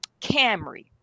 Camry